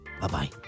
Bye-bye